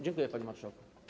Dziękuję, panie marszałku.